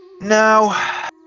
now